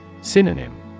Synonym